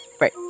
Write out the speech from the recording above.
right